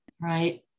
right